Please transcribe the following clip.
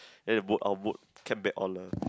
then the boat our boat kept back on lah